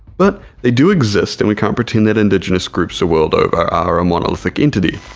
but they do exist and we can't pretend that indigenous groups the world over are a monolithic entity.